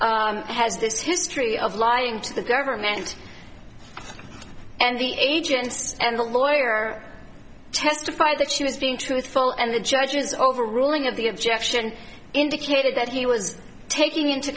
young has this history of lying to the government and the agents and the lawyer testified that she was being truthful and the judge's overruling of the objection indicated that he was taking into